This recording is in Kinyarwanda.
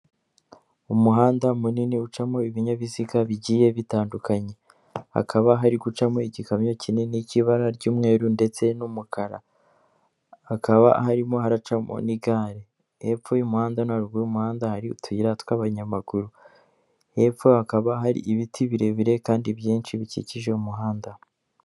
Umuhanda munini ucamo ibinyabiziga bigiye bitandukanye, hakaba hari gucamo igikamyo kinini cy'ibara ry'umweru ndetse n'umukara, hakaba harimo haracamo n'igare, hepfo y'umuhanda no haruguru y'umuhanda hari utuyira tw'abanyamaguru, hepfo hakaba hari ibiti birebire kandi byinshi bikikije umuhanda.